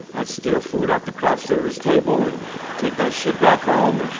i'd steal food off the craft service table and take that shit back home.